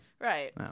Right